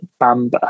Bamba